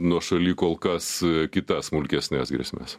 nuošaly kol kas kitas smulkesnes grėsmes